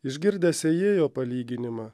išgirdę sėjėjo palyginimą